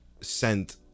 Sent